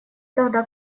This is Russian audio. тогда